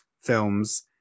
films